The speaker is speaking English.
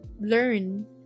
Learn